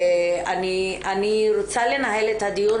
אני רוצה לנהל את הדיון,